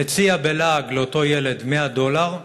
ולהציע בלעג לאותו ילד 100 דולר,